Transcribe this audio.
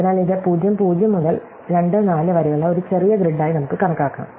അതിനാൽ ഇത് 0 0 മുതൽ 2 4 വരെയുള്ള ഒരു ചെറിയ ഗ്രിഡായി നമുക്ക് കണക്കാക്കാം